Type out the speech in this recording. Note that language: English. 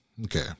Okay